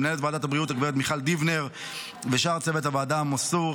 למנהלת ועדת הבריאות הגב' מיכל דיבנר ושאר צוות הוועדה המסור,